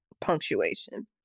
punctuation